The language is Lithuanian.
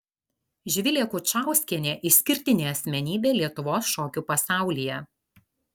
živilė kučauskienė išskirtinė asmenybė lietuvos šokių pasaulyje